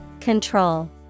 Control